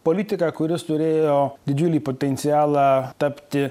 politiką kuris turėjo didžiulį potencialą tapti